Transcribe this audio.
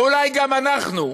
ואולי גם אנחנו,